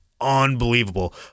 unbelievable